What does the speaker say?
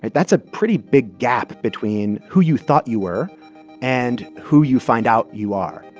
but that's a pretty big gap between who you thought you were and who you find out you are.